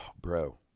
Bro